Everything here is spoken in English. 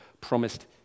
promised